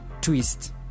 Twist